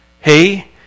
Hey